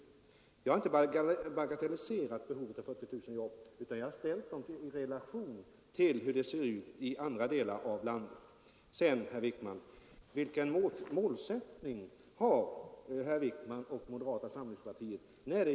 Jag har inte bagatelliserat behovet av 40 000 jobb utan jag har ställt dem i relation till hur det ser ut i andra delar av landet.